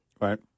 Right